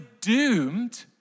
doomed